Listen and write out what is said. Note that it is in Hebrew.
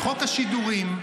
בחוק השידורים,